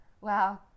wow